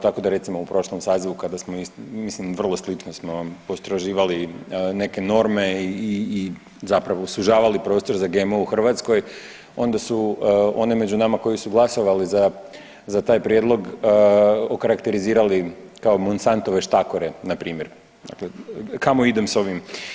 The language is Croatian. Tako da recimo u prošlom sazivu kada smo mislim vrlo slično smo postroživali neke norme i zapravo sužavali prostor za GMO u Hrvatskoj onda su one među nama koji su glasovali za, za taj prijedlog okarakterizirali kao Monsantove štakore npr., dakle kamo idem s ovim.